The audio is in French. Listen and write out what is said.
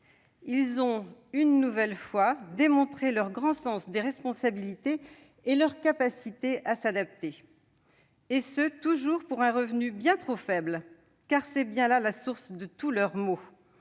les agriculteurs ont démontré leur grand sens des responsabilités et leur capacité à s'adapter. Et toujours pour un revenu bien trop faible, ce qui est la source de tous leurs maux